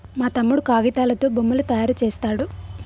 మా తమ్ముడు కాగితాలతో బొమ్మలు తయారు చేస్తాడు